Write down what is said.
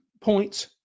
points